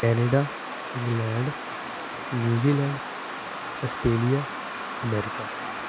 Canada England New Zealand Australia America